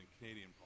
Canadian